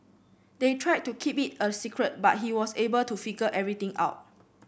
they tried to keep it a secret but he was able to figure everything out